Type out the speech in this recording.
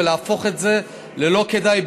ולהפוך את זה ללא כדאי,